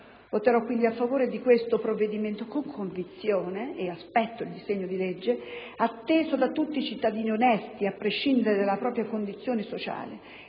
Voterò quindi a favore della conversione del decreto-legge con convinzione e aspetto il disegno di legge, atteso da tutti i cittadini onesti a prescindere dalla propria condizione sociale.